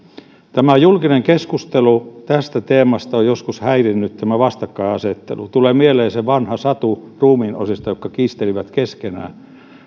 julkinen keskustelu tästä teemasta on joskus häirinnyt tämä vastakkainasettelu tulee mieleen se vanha satu ruumiinosista jotka kiistelivät keskenään